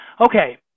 Okay